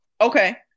Okay